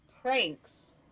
pranks